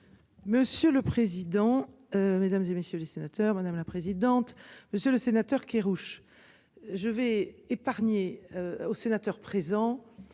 Monsieur le président. Mesdames et messieurs les sénateurs, madame la présidente, monsieur le sénateur Kerrouche. Je vais épargner aux sénateurs présents.